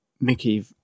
Mickey